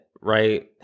right